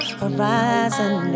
horizon